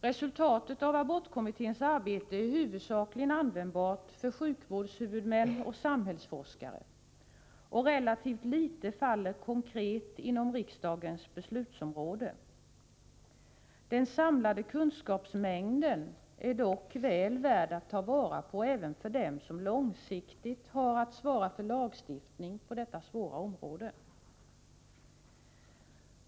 Resultatet av abortkommitténs arbete är huvudsakligen användbart för sjukvårdshuvudmän och samhällsforskare, och relativt litet faller konkret inom riksdagens beslutsområde. Den samlade kunskapsmängden är dock väl värd att ta vara på även för dem som långsiktigt har att svara för lagstiftning på detta svåra område.